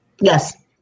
Yes